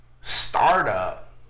startup